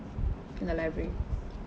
in the library